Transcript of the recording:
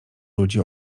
ludzi